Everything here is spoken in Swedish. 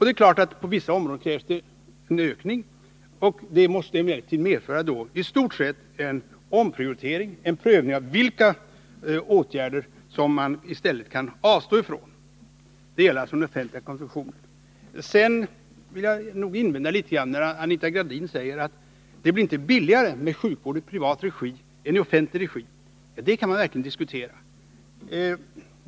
Det är klart att det på vissa områden krävs en ökning, men detta måste då i stort sett medföra en omprioritering, en prövning av vad man i stället kan avstå ifrån inom den Jag vill nog invända litet grand när Anita Gradin säger att det inte blir billigare med sjukvård i privat regi än i offentlig. Det kan man verkligen diskutera.